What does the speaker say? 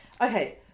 okay